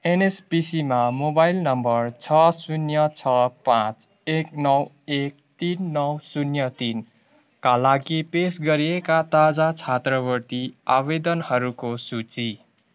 एनएचपिसीमा mobile number छ शून्य छ पाँच एक नौ एक तिन नौ शून्य तिनका लागि पेस गरिएका ताजा छात्रवृत्ति आवेदनहरूको सूची